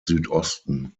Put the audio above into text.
südosten